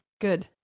Good